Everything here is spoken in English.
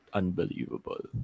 unbelievable